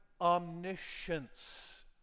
omniscience